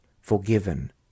forgiven